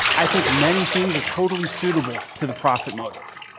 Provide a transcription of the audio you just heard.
i think many things are totally suitable to the profit motive,